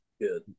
Good